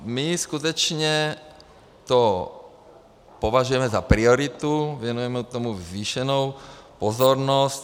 My to skutečně považujeme za prioritu, věnujeme tomu zvýšenou pozornost.